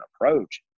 approach